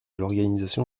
l’organisation